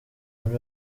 muri